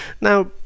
Now